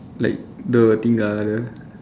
like the thing ah the